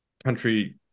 Country